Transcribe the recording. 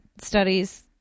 studies